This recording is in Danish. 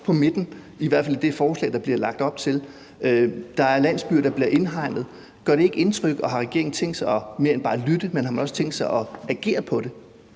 på midten, i hvert fald i det forslag, der bliver lagt op til. Der er landsbyer, der bliver indhegnet. Gør det ikke indtryk, og har regeringen tænkt sig at gøre mere end bare at lytte? Har man også tænkt sig at agere på det?